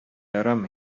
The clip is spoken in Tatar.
ярамый